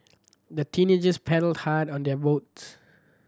the teenagers paddled hard on their boats